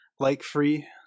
like-free